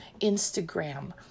Instagram